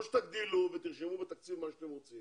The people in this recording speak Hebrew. או שתגדילו ותרשמו בתקציב מה שאתם רוצים